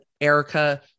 Erica